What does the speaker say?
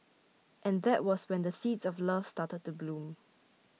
and that was when the seeds of love started to bloom